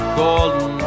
golden